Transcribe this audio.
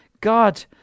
God